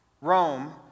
Rome